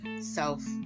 self